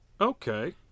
Okay